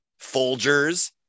folgers